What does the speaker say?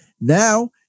Now